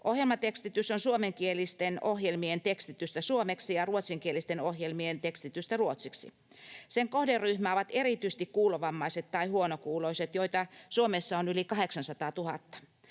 Ohjelmatekstitys on suomenkielisten ohjelmien tekstitystä suomeksi ja ruotsinkielisten ohjelmien tekstitystä ruotsiksi. Sen kohderyhmää ovat erityisesti kuulovammaiset tai huonokuuloiset, joita Suomessa on yli 800 000.